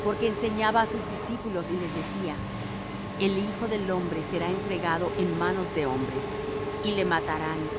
porque enseñaba á sus discípulos y les decía el hijo del hombre será entregado en manos de hombres y le matarán